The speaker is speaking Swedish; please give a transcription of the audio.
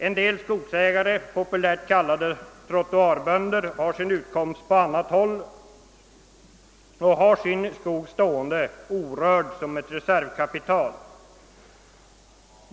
Vissa skogsägare, populärt kallade trottoarbönder, har sin utkomst på annat håll och låter sin skog stå orörd som ett reservkapital.